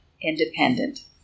Independent